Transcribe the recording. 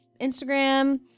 Instagram